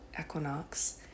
equinox